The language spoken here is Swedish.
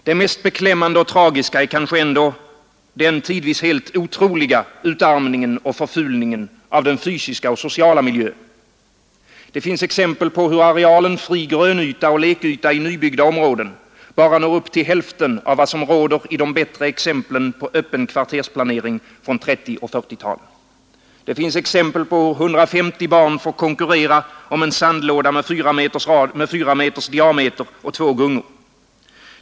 Det mest beklämmande och tragiska är kanske ändå den tidvis helt otroliga utarmningen och förfulningen av den fysiska och sociala miljön. Det finns exempel på hur arealen fri grönyta och lekyta i nybyggda områden bara når upp till hälften av vad som finns i de bättre exemplen på öppen kvartersplanering från 1930 och 1940-talen. Det finns exempel på hur 150 barn får konkurrera om en sandlåda med 4 meters diameter och två gungor.